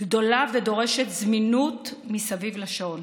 גדולה ודורשת זמינות מסביב לשעון,